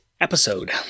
episode